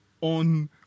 on